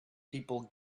people